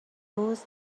روز